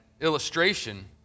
illustration